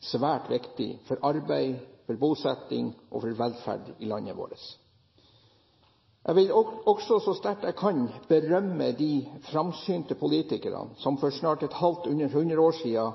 så sterkt jeg kan, berømme de fremsynte politikerne som for snart et halvt hundre år siden